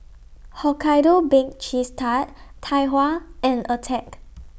Hokkaido Baked Cheese Tart Tai Hua and Attack